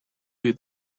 you